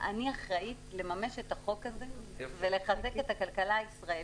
אני אחראית לממש את החוק הזה ולחזק את הכלכלה הישראלית.